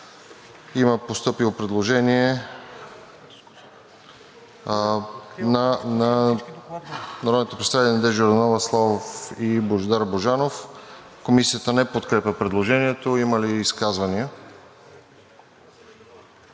има постъпило предложение на народните представители Надежда Йорданова, Атанас Славов и Божидар Божанов. Комисията не подкрепя предложението. Има ли изказвания?